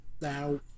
now